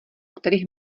kterých